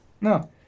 No